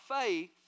faith